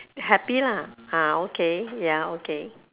happy lah ah okay ya okay